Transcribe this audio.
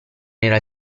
era